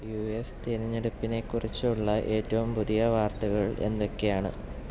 U S തിരഞ്ഞെടുപ്പിനെക്കുറിച്ചുള്ള ഏറ്റവും പുതിയ വാർത്തകൾ എന്തൊക്കെയാണ്